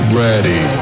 ready